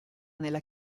nella